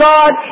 God